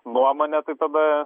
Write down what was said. nuomonė tai tada